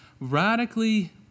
radically